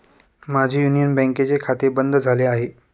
माझे युनियन बँकेचे खाते बंद झाले आहे